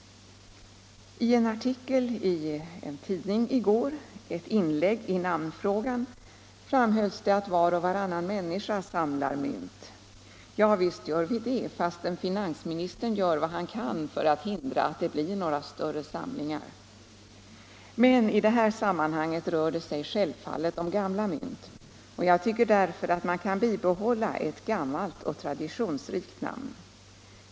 I ett inlägg i namnfrågan i en tidningsartikel i går framhölls att var och varannan människa samlar mynt. Ja visst gör vi det, fastän finansministern gör vad han kan för att hindra att det blir några större samlingar. Men i det här sammanhanget rör det sig självfallet om gamla mynt. Jag tycker därför att man kan bibehålla ett gammalt och traditionsrikt namn.